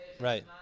Right